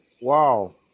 Wow